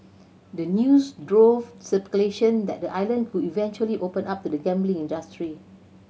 the news drove speculation that the island could eventually open up to the gambling industry